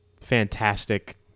fantastic